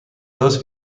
those